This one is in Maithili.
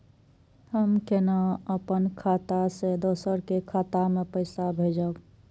हम केना अपन खाता से दोसर के खाता में पैसा भेजब?